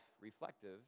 reflective